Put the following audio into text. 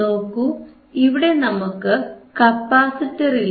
നോക്കൂ ഇവിടെ നമുക്ക് കപ്പാസിറ്റർ ഇല്ല